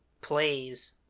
plays